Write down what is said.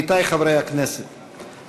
עמיתי חברי הכנסת,